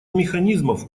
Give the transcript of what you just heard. механизмов